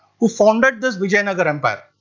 who founded this vijayanagara um but